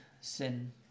sin